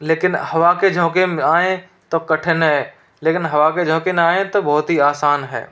लेकिन हवा के झोंके आएँ तो कठिन है लेकिन हवा के झोंके ना आएँ तो बहुत ही आसान है